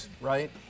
right